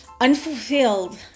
unfulfilled